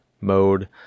mode